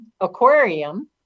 aquarium